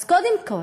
אז קודם כול,